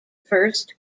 first